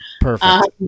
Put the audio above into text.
perfect